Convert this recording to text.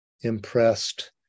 impressed